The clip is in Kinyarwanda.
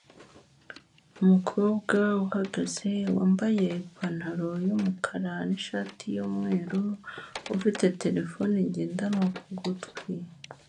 Umukobwa uhagaze wambaye ipantaro y'umukara n'ishati y'umweru, ufite terefone ngendanwa ku gutwi.